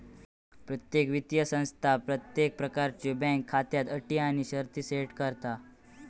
प्रत्येक वित्तीय संस्था प्रत्येक प्रकारच्यो बँक खात्याक अटी आणि शर्ती सेट करता